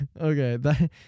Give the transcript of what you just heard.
okay